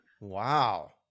Wow